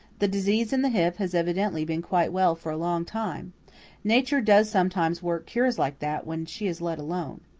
the disease in the hip has evidently been quite well for a long time nature does sometimes work cures like that when she is let alone.